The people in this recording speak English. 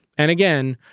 and again,